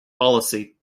policy